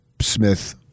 Smith